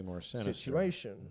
situation